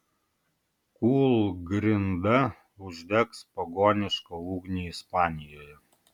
kūlgrinda uždegs pagonišką ugnį ispanijoje